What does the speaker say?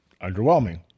underwhelming